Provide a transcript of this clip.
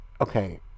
okay